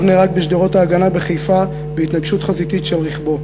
הרב נהרג בשדרות-ההגנה בחיפה בהתנגשות חזיתית של רכבו.